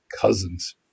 cousins